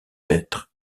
être